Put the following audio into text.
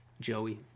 Joey